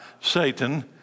Satan